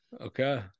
okay